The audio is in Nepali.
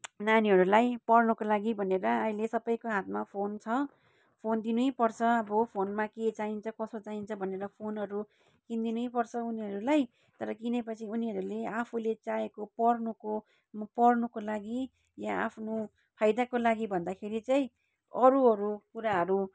नानीहरूलाई पढ्नुको लागि भनेर अहिले सबैको हातमा फोन छ फोन दिनु नै पर्छ अब फोनमा के चाहिन्छ कसो चाहिन्छ भनेर फोनहरू किनिदिनु नै पर्छ उनीहरूलाई तर किनेपछि उनीहरूले आफूले चाहेको पढ्नुको पढ्नुको लागि या आफ्नो फाइदाको लागि भन्दाखेरि चाहिँ अरूहरू कुराहरू